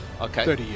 okay